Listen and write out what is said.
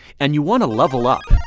and you wanna level up.